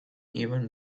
even